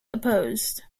opposed